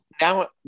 now